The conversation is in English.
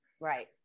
right